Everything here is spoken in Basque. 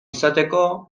izateko